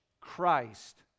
Christ